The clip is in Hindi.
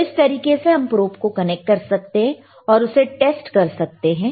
तो इस तरीके से हम प्रोब को कनेक्ट कर सकते हैं और उसे टेस्ट कर सकते हैं